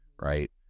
right